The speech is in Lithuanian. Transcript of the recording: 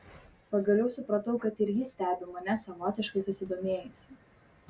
pagaliau supratau kad ir ji stebi mane savotiškai susidomėjusi